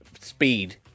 speed